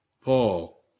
Paul